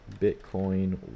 Bitcoin